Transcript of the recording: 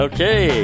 Okay